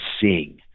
seeing